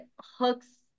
hooks